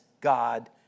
God